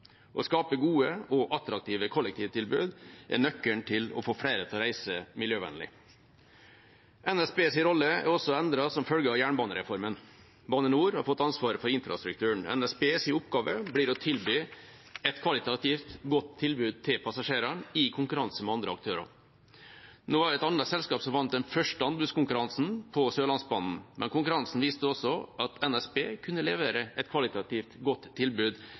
Å skape gode og attraktive kollektivtilbud er nøkkelen til å få flere til å reise miljøvennlig. NSBs rolle er også endret som følge av jernbanereformen. Bane NOR har fått ansvaret for infrastrukturen. NSBs oppgave blir å gi et kvalitativt godt tilbud til passasjerene i konkurranse med andre aktører. Nå var det et annet selskap som vant den første anbudskonkurransen, på Sørlandsbanen, men konkurransen viste også at NSB kunne levere et kvalitativt godt tilbud